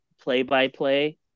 play-by-play